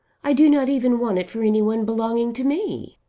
i do not even want it for any one belonging to me.